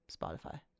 spotify